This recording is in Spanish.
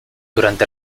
durante